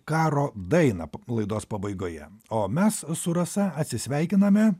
karo dainą laidos pabaigoje o mes su rasa atsisveikiname